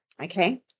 okay